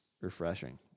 refreshing